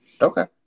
Okay